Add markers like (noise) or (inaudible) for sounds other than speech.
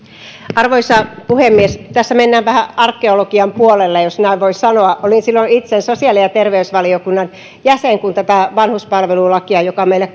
arvoisa puhemies tässä mennään vähän arkeologian puolelle jos näin voi sanoa olin silloin itse sosiaali ja terveysvaliokunnan jäsen kun tätä vanhuspalvelulakia joka meille (unintelligible)